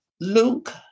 Luke